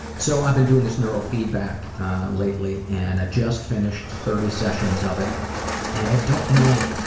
so i've been doing this neuro feedback lately and i just finished thirty sessions of it and i don't know,